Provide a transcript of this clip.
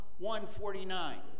149